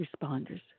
responders